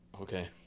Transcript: Okay